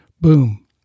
boom